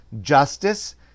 justice